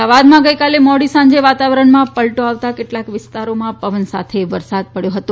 અમદાવાદમાં ગઇકાલે મોડીસાંજે વાતાવરણમાં પલટો આવતાં કેટલાક વિસ્તારોમાં પવન સાથે વરસાદ પડથો હતો